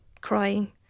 crying